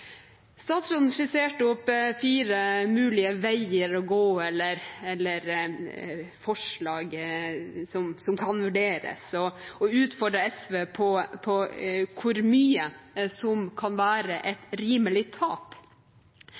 Statsråden skisserte opp fire mulige veier å gå, eller forslag som kan vurderes, og utfordret SV på hvor mye som kan være et rimelig tap.